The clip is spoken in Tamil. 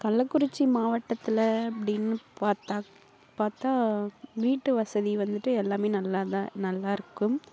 கள்ளக்குறிச்சி மாவட்டத்தில் அப்படீன்னு பார்த்தா பார்த்தா வீட்டு வசதி வந்துட்டு எல்லாமே நல்லா தான் நல்லா இருக்கும்